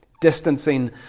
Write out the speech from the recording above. distancing